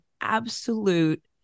absolute